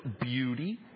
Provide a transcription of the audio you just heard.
beauty